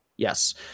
Yes